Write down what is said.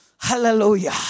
Hallelujah